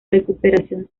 recuperación